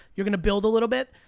you're gonna build a little bit.